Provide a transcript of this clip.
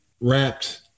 wrapped